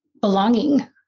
belonging